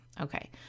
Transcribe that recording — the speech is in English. Okay